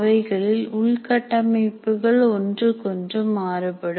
அவைகளில் உள்கட்டமைப்புகள் ஒன்றுக்கொன்று மாறுபடும்